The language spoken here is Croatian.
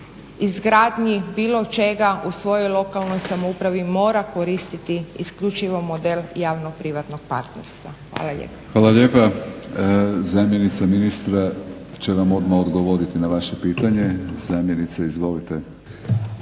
izgradnji bilo čega u svojoj lokalnoj samoupravi mora koristiti isključivo javno-privatno partnerstva. Hvala. **Batinić, Milorad (HNS)** Hvala lijepa. Zamjenica ministra će vam odmah odgovoriti na vaše pitanje. Zamjenice izvolite.